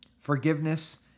forgiveness